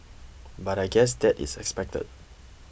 but I guess that is expected